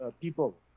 people